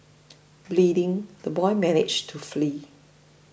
bleeding the boy managed to flee